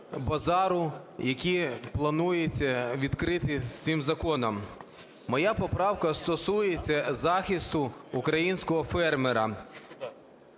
базару, який планується відкрити з цим законом. Моя поправка стосується захисту українського фермера.